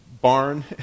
barn